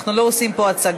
אנחנו לא עושים פה הצגות.